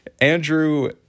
Andrew